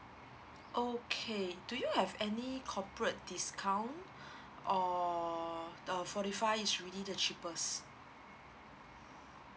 okay do you have any corporate discount or the forty five is really the cheapest